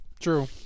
True